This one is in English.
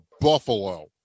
Buffalo